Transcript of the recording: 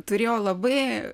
turėjo labai